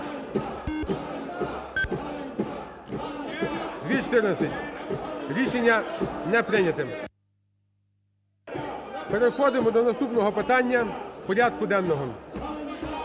За-214 Рішення не прийняте. Переходимо до наступного питання порядку денного.